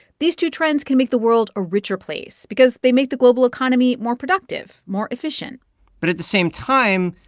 these two trends can make the world a richer place because they make the global economy more productive, more efficient but at the same time,